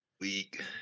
Weak